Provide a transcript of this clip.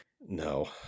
No